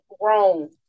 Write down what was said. grown